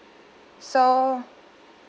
so